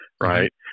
right